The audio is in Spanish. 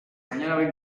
una